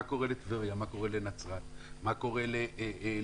מה קורה לטבריה, לנצרת, מה קורה לתל-אביב?